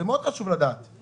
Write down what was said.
זה חשוב מאוד לדעת את זה.